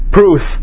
proof